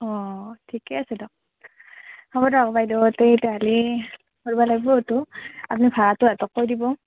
অঁ ঠিকে আছে দক হ'ব দক বাইদেউ তেই কালি কৰ্বা লাগ্বো এইটো আপ্নি ভাড়াটো ইহঁতক কৈ দিব